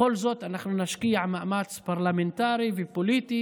בכל זאת אנחנו נשקיע מאמץ פרלמנטרי ופוליטי